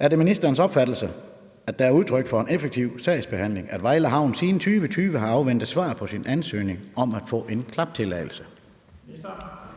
Er det ministerens opfattelse, at det er udtryk for en effektiv sagsbehandling, at Vejle Havn siden 2020 har afventet svar på sin ansøgning om at få en klaptilladelse?